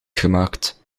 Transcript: gemaakt